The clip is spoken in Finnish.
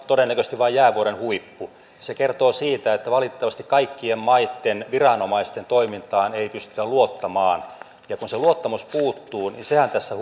todennäköisesti vain jäävuoren huippu se kertoo siitä että valitettavasti kaikkien maitten viranomaisten toimintaan ei pystytä luottamaan ja kun se luottamus puuttuu niin sehän tässä